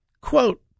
quote